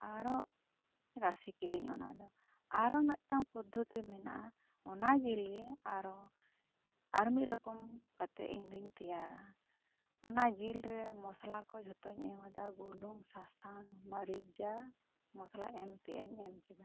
ᱟᱨᱦᱚᱸ ᱨᱟᱥᱮ ᱠᱤᱫᱟᱹᱧ ᱚᱱᱟ ᱫᱚ ᱟᱨᱦᱚᱸ ᱢᱤᱫ ᱴᱮᱱ ᱯᱚᱫᱽᱫᱷᱚᱛᱤ ᱢᱮᱱᱟᱜᱼᱟ ᱚᱱᱟ ᱡᱤᱞ ᱜᱮ ᱟᱨᱚ ᱟᱨ ᱢᱤᱫ ᱨᱚᱠᱚᱢ ᱠᱟᱛᱮᱜ ᱤᱧ ᱫᱚᱧ ᱛᱮᱭᱟᱨᱟ ᱚᱱᱟ ᱡᱤᱞ ᱨᱮ ᱢᱚᱥᱞᱟ ᱠᱚ ᱡᱷᱚᱛᱚᱧ ᱮᱢ ᱟᱫᱟ ᱵᱩᱞᱩᱝ ᱥᱟᱥᱟᱝ ᱢᱟᱹᱨᱤᱡᱟ ᱢᱚᱥᱞᱟ ᱮᱢ ᱛᱮᱭᱟᱹᱧ ᱮᱢ ᱠᱮᱫᱟ